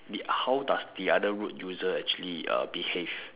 the how does the other road user actually uh behave